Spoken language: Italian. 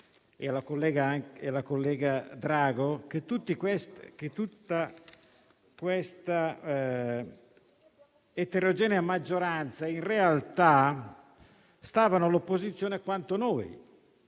e alla collega Drago, che tutta questa eterogenea maggioranza in realtà sta all'opposizione quanto noi.